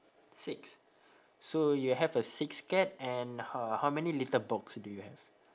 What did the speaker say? six so you have a six cat and how how many litter box do you have